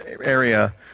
area